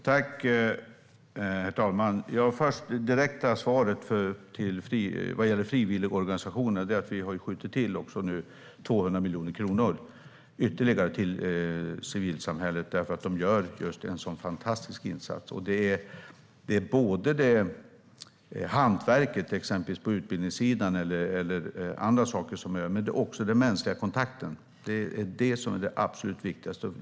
Herr talman! Det direkta svaret när det gäller frivilligorganisationer är att vi nu har skjutit till 200 miljoner kronor ytterligare till civilsamhället därför att man gör en så fantastisk insats. Det handlar både om hantverket, till exempel på utbildningssidan eller annat, och den mänskliga kontakten. Det är det som är det absolut viktigaste.